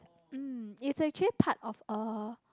um it's actually part of a